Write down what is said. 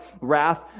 wrath